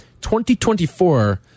2024